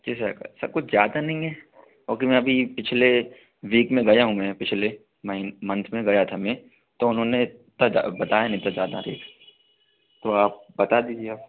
जी sir सब कुछ ज़्यादा नहीं है क्योंकि मैं अभी पिछले वीक में गया हूँ मैं पिछले महि मंथ में गया था मैं तो उन्होंने भी बताया नहीं था ज़्यादा रेट आप बता दीजिए